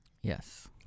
Yes